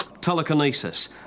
Telekinesis